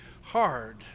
hard